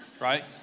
right